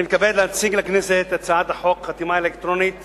אני מתכבד להציג לכנסת את הצעת חוק חתימה אלקטרונית